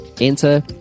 enter